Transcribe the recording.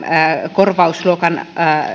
korvausluokan